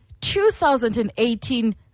2018